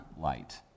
light